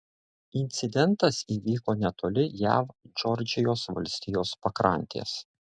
incidentas įvyko netoli jav džordžijos valstijos pakrantės